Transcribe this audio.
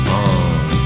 on